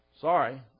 sorry